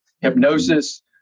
hypnosis